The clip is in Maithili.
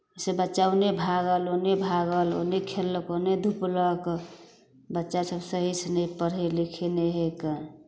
से बच्चा ओन्ने भागल ओन्ने भागल ओन्ने खेललक ओन्ने धुपलक बच्चासभ सहीसँ नहि पढ़ै लिखै नहि हइ कन